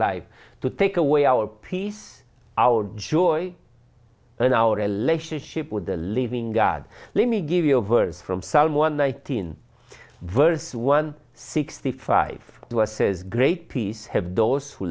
lives to take away our peace our joy and our election ship with the living god let me give you a verse from someone like teen verse one sixty five two or says great peace have those who